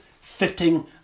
fitting